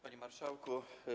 Panie Marszałku!